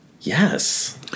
yes